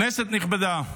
כנסת נכבדה,